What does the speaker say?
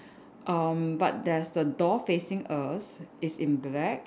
um but there's a door facing us is in black